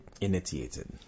Initiated